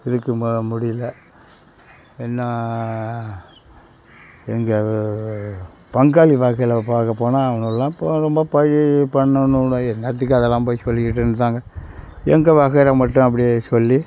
இருக்கு முடியல என்ன எங்கள் பங்காளி வகையில் பார்க்கப் போனால் அவங்கள்லாம் ரொம்ப பழைய பண்ணணும் தான் என்னாத்துக்கு அதெல்லாம் போய் சொல்லிகிட்டு தாங்க எங்கள் வகையறா மட்டும் அப்படியே சொல்லி